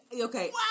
okay